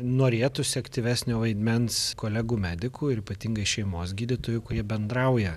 norėtųsi aktyvesnio vaidmens kolegų medikų ir ypatingai šeimos gydytojų kurie bendrauja